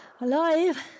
alive